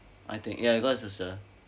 I think ya god sister